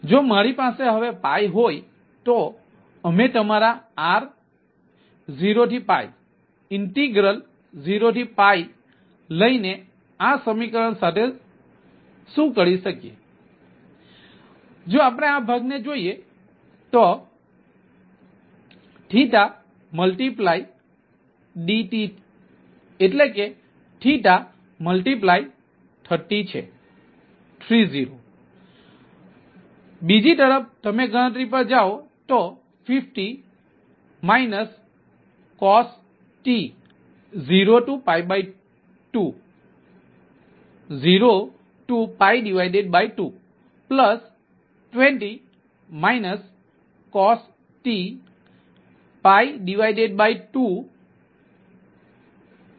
તેથી જો મારી પાસે હવે હોય તો અમે તમારા R 0 થી ઇન્ટિગ્રલ 0 થી લઈને આ સમીકરણ સાથે શું કરી શકીએ તેથી જો આપણે આ ભાગ ને જોઈએ તો તે DT એટલે કે 30 છે તેથી બીજી તરફ તમે ગણતરી પર જાઓ તો50 cost02 20 cost2